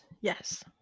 Yes